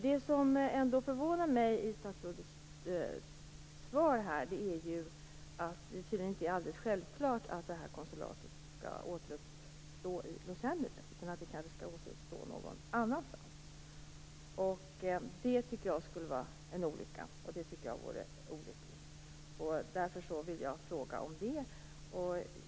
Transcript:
Det som ändå förvånar mig i statsrådets svar är att det tydligen inte är alldeles självklart att konsulatet skall återuppstå i Los Angeles utan att det kanske skall återuppstå någon annanstans. Jag tycker att det vore olyckligt och vill därför fråga om det.